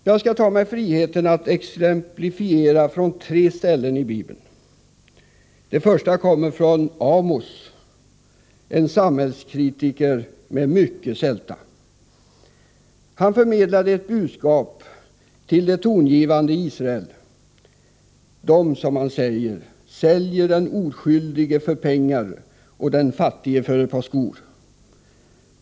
Jag skall ta mig friheten att exemplifiera detta med tre bibelcitat. Det första kommer från Amos, en samhällskritiker med mycken sälta. Han förmedlade ett budskap till de tongivande i Israel: ”de sälja den oskyldige för penningar och den fattige för ett par skor.